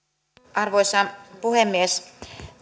arvoisa puhemies